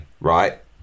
right